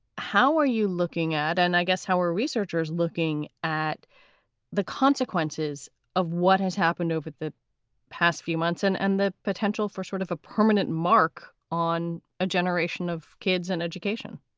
how are you looking at? and i guess how are researchers looking at the consequences of what has happened over the past few months and and the potential for sort of a permanent mark on a generation of kids and education?